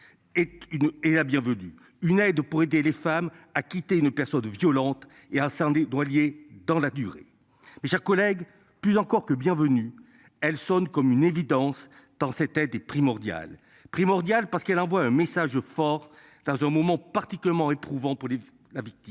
est la bienvenue. Une aide pour aider les femmes à quitter une personne violente et à des doit douaniers dans la durée. Mes chers collègues, plus encore que Bienvenue elle sonne comme une évidence dans cette aide est primordiale, primordiale parce qu'elle envoie un message fort, dans un moment particulièrement éprouvant pour la victime.